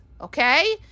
okay